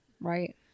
Right